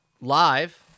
live